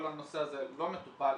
כל הנושא הזה לא מטופל.